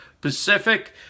Pacific